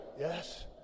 Yes